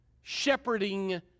shepherding